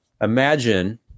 Imagine